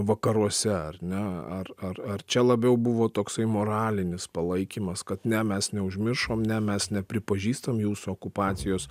vakaruose ar ne ar ar ar čia labiau buvo toksai moralinis palaikymas kad ne mes neužmiršom ne mes nepripažįstam jūsų okupacijos